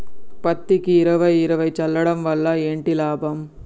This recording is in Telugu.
పత్తికి ఇరవై ఇరవై చల్లడం వల్ల ఏంటి లాభం?